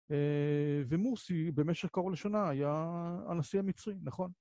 ומורסי במשך קרוב לשנה היה הנשיא המצרי, נכון?